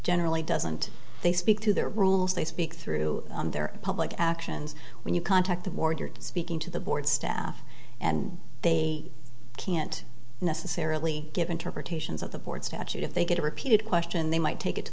generally doesn't they speak to their rules they speak through their public actions when you contact them or you're speaking to the board staff and they can't necessarily give interpretations of the board statute if they get a repeated question they might take it to